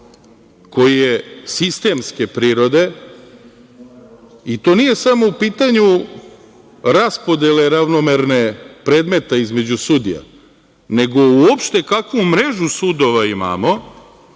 koji je sistemske prirode, i to nije samo u pitanju ravnomerne raspodele predmeta između sudija, nego uopšte kakvu mrežu sudova imamo.